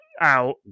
out